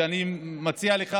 ואני מציע לך,